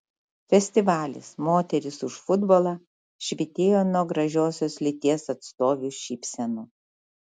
festivalis moterys už futbolą švytėjo nuo gražiosios lyties atstovių šypsenų